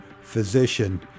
physician